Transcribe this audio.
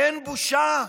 אין בושה.